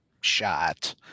shot